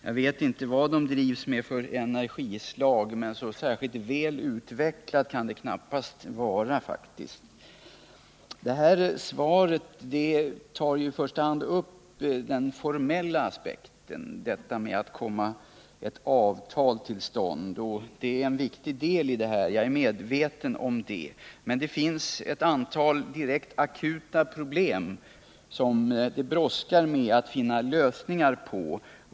Jag vet inte vad de drivs med för slags energi. Så särskilt väl utvecklat kan det knappast vara. I svaret tas i första hand den formella aspekten upp, detta att få till stånd ett avtal. Jag är medveten om att det är en viktig del, men det finns ett antal direkt akuta problem som det brådskar att finna lösningar på.